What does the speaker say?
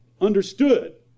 understood